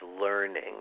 learning